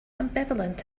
ambivalent